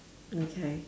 okay